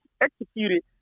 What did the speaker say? executed